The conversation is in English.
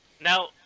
Now